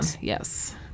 Yes